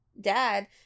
dad